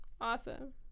Awesome